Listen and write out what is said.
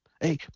Hey